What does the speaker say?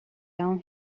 down